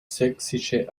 sächsische